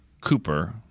Cooper